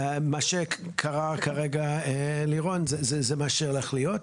מה שקראה כרגע לירון זה מה שהולך להיות.